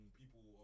people